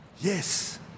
Yes